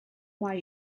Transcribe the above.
why